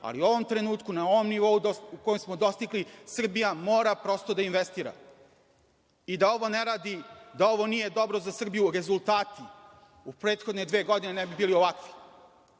Ali, u ovom trenutku na ovom nivou koji smo dostigli Srbija mora prosto da investira i da ovo ne radi, da ovo nije dobro za Srbiju rezultati u prethodne dve godine ne bi bili ovakvi.